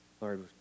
Lord